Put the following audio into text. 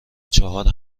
چهار